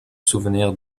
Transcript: souvenir